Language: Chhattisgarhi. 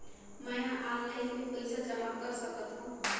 मैं ह ऑनलाइन भी पइसा जमा कर सकथौं?